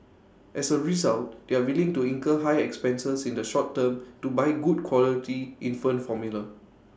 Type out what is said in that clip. as A result they are willing to incur high expenses in the short term to buy good quality infant formula